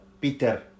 peter